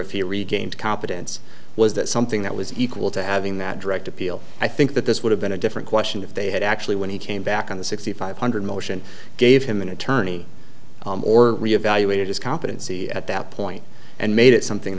if he regains competence was that something that was equal to having that direct appeal i think that this would have been a different question if they had actually when he came back on the sixty five hundred motion gave him an attorney or re evaluated his competency at that point and made it something